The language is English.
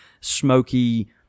smoky